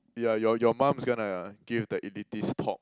yeah your your mum's gonna give the elitist talk